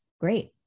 great